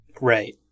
Right